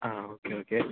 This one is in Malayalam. ആ ഓക്കെ ഓക്കെ